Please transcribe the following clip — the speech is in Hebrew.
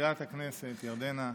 מזכירת הכנסת ירדנה,